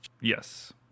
Yes